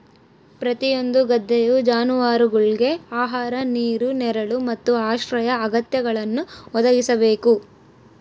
ಪ್ರತಿಯೊಂದು ಗದ್ದೆಯು ಜಾನುವಾರುಗುಳ್ಗೆ ಆಹಾರ ನೀರು ನೆರಳು ಮತ್ತು ಆಶ್ರಯ ಅಗತ್ಯಗಳನ್ನು ಒದಗಿಸಬೇಕು